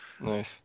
Nice